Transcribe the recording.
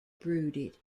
brooded